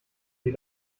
sie